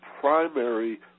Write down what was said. primary